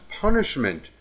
punishment